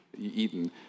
eaten